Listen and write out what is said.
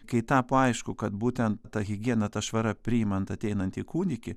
kai tapo aišku kad būtent ta higiena ta švara priimant ateinantį kūdikį